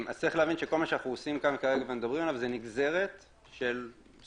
צריך להבין שכל מה שאנחנו עושים כאן כרגע זה נגזרת של החלטות